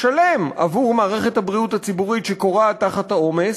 ישלם עבור מערכת הבריאות הציבורית שכורעת תחת העומס,